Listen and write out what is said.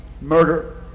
Murder